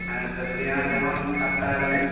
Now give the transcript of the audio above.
হ্যাঁ স্যার পেঁয়াজ এখন ষাট টাকা কেজি